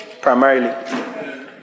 primarily